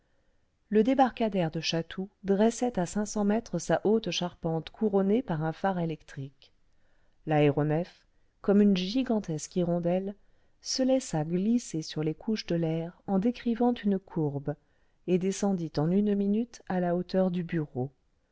le débarcadère de chatou dressait à cinq cents mètres sa haute charpente couronnée par un phare électrique l'aéronef comme une gigantesque hirondelle se laissa glisser sur les couches de l'air en décrivant une courbe et descendit en une minute à la hauteur du bureau